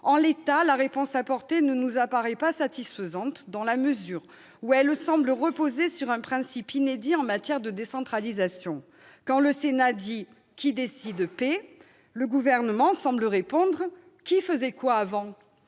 collectivités. La réponse apportée ne nous apparaît pas satisfaisante, dans la mesure où elle semble reposer sur un principe inédit en matière de décentralisation : quand le Sénat dit « qui décide, paie », le Gouvernement semble répondre « qui faisait quoi avant ?»